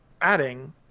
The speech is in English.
adding